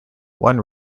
one